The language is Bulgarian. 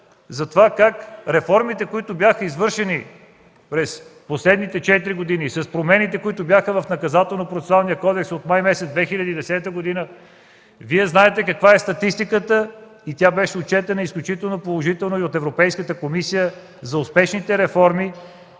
за това как реформите, които бяха извършени през последните четири години с промените, които бяха в Наказателно-процесуалния кодекс от май 2010 г.? Вие знаете каква е статистиката и тя беше отчетена изключително положително и от Европейската комисия за успешните реформи